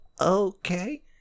okay